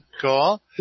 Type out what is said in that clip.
Cool